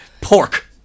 pork